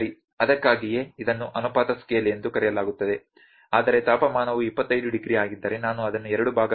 ಅದಕ್ಕಾಗಿಯೇ ಇದನ್ನು ಅನುಪಾತ ಸ್ಕೇಲ್ ಎಂದು ಕರೆಯಲಾಗುತ್ತದೆ ಆದರೆ ತಾಪಮಾನವು 25 ಡಿಗ್ರಿ ಆಗಿದ್ದರೆ ನಾನು ಅದನ್ನು ಎರಡು ಭಾಗಗಳಾಗಿ 12